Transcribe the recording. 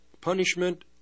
punishment